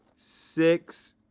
six,